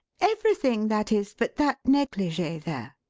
everything, that is, but that negligee there.